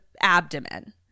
abdomen